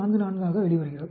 44 ஆக வெளிவருகிறது